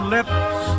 Lips